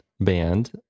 band